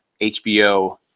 HBO